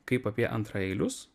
kaip apie antraeilius